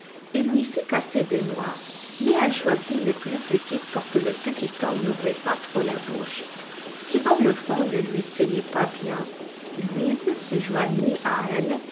et lui fit casser des noix mais elle choisit les plus petites pour que le petit homme n'ouvrît pas trop la bouche ce qui dans le fond ne lui seyait pas bien louise se joignit à elle